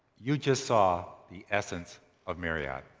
you just saw the essence of marriott.